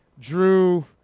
drew